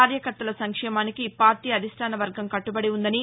కార్యకర్తల సంక్షేమానికి పార్లీ అధిష్యానవర్గం కట్టుబడి ఉందని